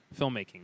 filmmaking